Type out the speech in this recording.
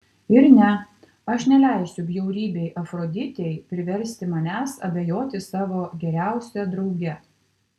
ir ne aš neleisiu bjaurybei afroditei priversti manęs abejoti savo geriausia drauge